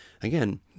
again